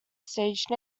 stage